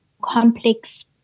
complex